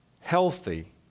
healthy